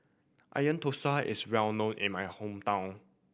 Onion Thosai is well known in my hometown